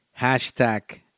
hashtag